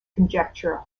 conjecture